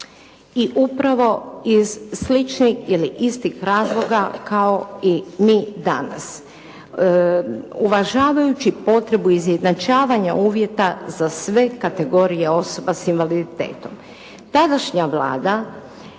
i upravo iz sličnih ili istih razloga kao i mi danas. Uvažavajući potrebu izjednačavanja uvjeta za sve kategorije osoba s invaliditetom, tadašnja Vlada